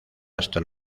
hasta